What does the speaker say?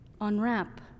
Unwrap